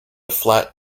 flat